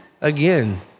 again